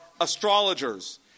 astrologers